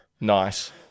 Nice